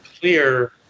clear